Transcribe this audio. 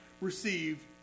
receive